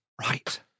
Right